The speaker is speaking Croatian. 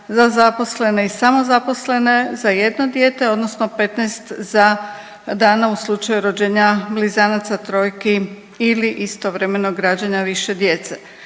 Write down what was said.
za zaposlene i samozaposlene za jedno dijete odnosno 15 za dana u slučaju rođenja blizanaca, trojki ili istovremenog rađanja više djece.